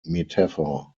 metaphor